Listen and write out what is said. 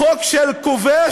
חוק של כובש,